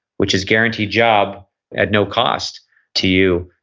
which is guaranteed job at no cost to you,